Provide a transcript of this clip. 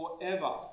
forever